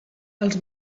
els